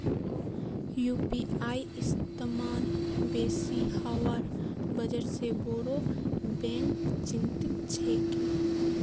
UPI इस्तमाल बेसी हबार वजह से बोरो बैंक चिंतित छोक